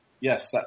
yes